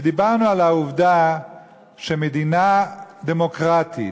ודיברנו על העובדה שמדינה דמוקרטית,